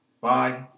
bye